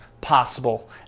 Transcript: possible